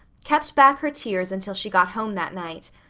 kept back her tears until she got home that night.